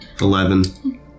Eleven